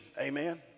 amen